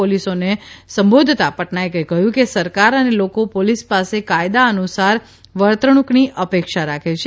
પોલીસોને સંબંધોતા પટનાયકે કહ્યુ કે સરકાર અને લોકો પોલીસ પાસે કાયદા અનુસાર વર્તણૂકની અપેક્ષા રાખે છે